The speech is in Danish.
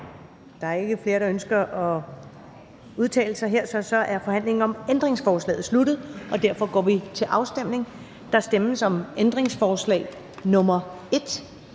Da der ikke er flere, der ønsker at udtale sig her, er forhandlingen om ændringsforslaget sluttet, og derfor går vi til afstemning. Kl. 18:00 Afstemning Første næstformand